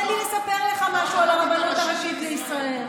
תן לי לספר לך משהו על הרבנות הראשית לישראל.